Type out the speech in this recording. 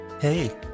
Hey